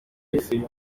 isi